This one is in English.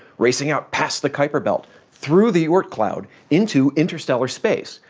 racing out past the kuiper belt, through the oort cloud, into interstellar space,